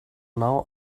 now